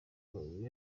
amabuye